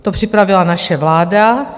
To připravila naše vláda.